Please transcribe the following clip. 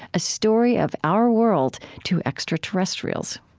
a story of our world to extraterrestrials.